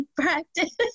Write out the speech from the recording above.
practice